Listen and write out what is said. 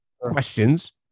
questions